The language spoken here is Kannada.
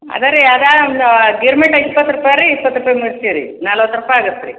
ಅದೇ ರೀ ಅದೇ ಒಂದು ಗಿರ್ಮಿಟ್ ಐತೆ ಇಪ್ಪತ್ತು ರೂಪಾಯಿ ರೀ ಇಪ್ಪತ್ತು ರೂಪಾಯಿ ಮಿರ್ಚಿ ರೀ ನಲ್ವತ್ತು ರೂಪಾಯಿ ಆಗತ್ತೆ ರೀ